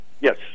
Yes